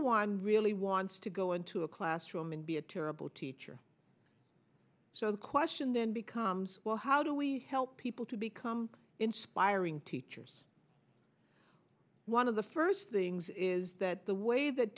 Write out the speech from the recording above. one really wants to go into a classroom and be a terrible teacher so the question then becomes well how do we help people to become inspiring teachers one of the first things is that the way that